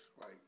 right